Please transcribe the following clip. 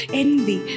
envy